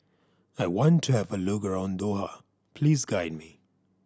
I want to have a look around Doha please guide me